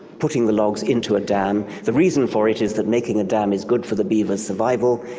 putting the logs into a dam, the reason for it is that making a dam is good for the beaver's survival,